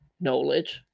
knowledge